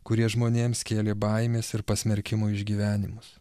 kurie žmonėms kėlė baimės ir pasmerkimo išgyvenimus